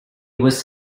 was